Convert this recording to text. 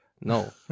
No